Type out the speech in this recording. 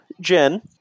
Jen